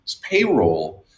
payroll